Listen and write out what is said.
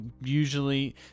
usually